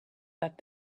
that